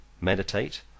meditate